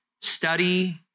study